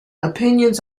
opinions